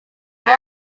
wou